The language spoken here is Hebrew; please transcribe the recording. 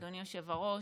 אדוני היושב-ראש.